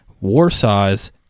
Warsaw's